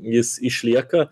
jis išlieka